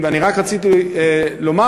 רק רציתי לומר,